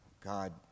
God